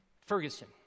Ferguson